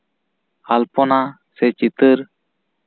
ᱟᱞᱯᱚᱱᱟ ᱥᱮ ᱪᱤᱛᱟᱹᱨ